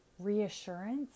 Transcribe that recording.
reassurance